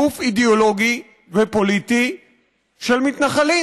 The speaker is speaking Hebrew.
גוף אידיאולוגי ופוליטי של מתנחלים.